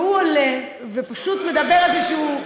והוא עולה, ופשוט מדבר על זה שהוא,